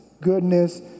goodness